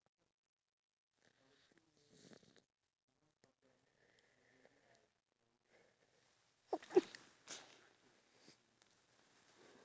nowadays there's a lot of construction and within the construction itself we need to include ramps for people who are wheelchair bound